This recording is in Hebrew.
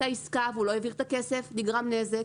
הייתה עסקה והוא לא העביר את הכסף ונגרם נזק.